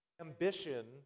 ambition